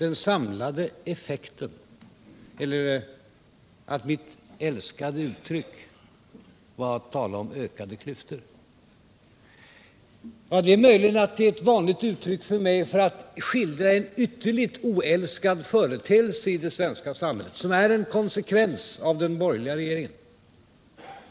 Ingemar Mundebo sade att jag älskar att tala om ökade klyftor. Det är möjligt att det är ett vanligt uttryck när jag skildrar en ytterligt oälskad företeelse i det svenska samhället som är en konsekvens av den borgerliga regeringen.